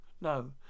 No